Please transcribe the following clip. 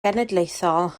genedlaethol